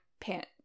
pant